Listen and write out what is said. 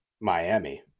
Miami